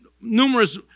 numerous